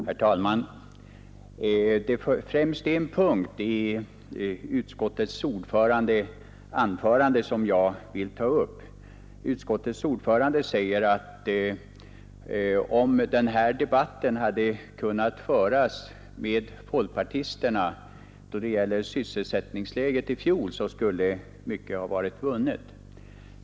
Herr talman! Det är främst en punkt i utskottsordförandens anförande som jag vill ta upp. Herr Svanberg säger att om den här debatten rörande sysselsättningsläget hade kunnat föras med folkpartisterna i fjol så skulle mycket ha varit vunnet.